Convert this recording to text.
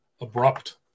abrupt